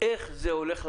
איך זה הולך לעבוד.